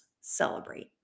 celebrate